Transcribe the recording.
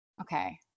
okay